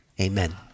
Amen